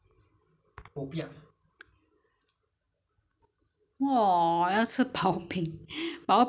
薄饼皮不过你要买那个什么 ah ya 你要买那个